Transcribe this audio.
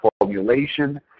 formulation